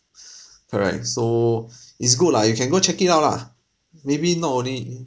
correct so it's good lah you can go check it out lah maybe not only